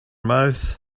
mouth